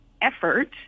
effort